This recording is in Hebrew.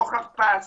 רוחב פס